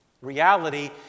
Reality